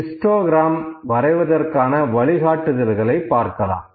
histogram வரைவதற்கான வழிகாட்டுதல்களை பார்க்கலாம்